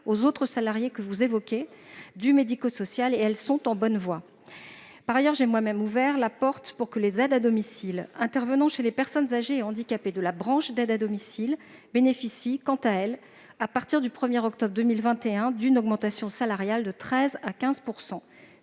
aux autres salariés du secteur médico-social que vous évoquez. Celles-ci sont en bonne voie. Par ailleurs, j'ai moi-même ouvert la porte pour que les aides à domicile intervenant chez les personnes âgées et handicapées de la branche d'aide à domicile bénéficient, à partir du 1 octobre 2021, d'une augmentation salariale de 13 % à 15 %.